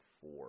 four